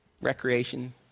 recreation